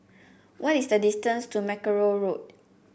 what is the distance to Mackerrow Road